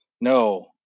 no